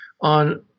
on